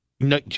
no